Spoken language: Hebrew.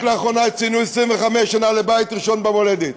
רק לאחרונה ציינו 25 שנה לבית ראשון במולדת.